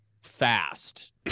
fast